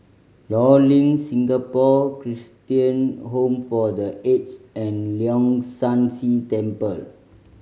Law Link Singapore Christian Home for The Aged and Leong San See Temple